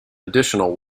additional